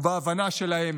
ובהבנה שלהם